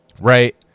right